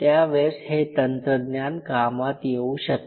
त्यावेळेस हे तंत्रज्ञान कामात येऊ शकते